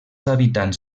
habitants